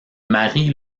marie